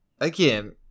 Again